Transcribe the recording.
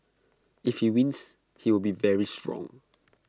if he wins he will be very strong